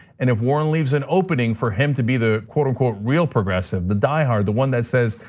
and if warren leaves an opening for him to be the quote-unquote real progressive, the diehard, the one that says,